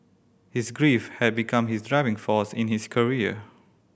his grief had become his driving force in his career